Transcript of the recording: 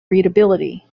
readability